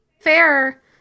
Fair